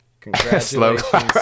Congratulations